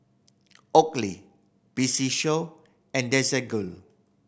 Oakley P C Show and Desigual